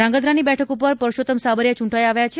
ધ્રાંગધ્રાની બેઠક પર પરસોત્તમ સાબરીયા ચૂંટાઇ આવ્યા છે